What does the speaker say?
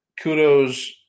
kudos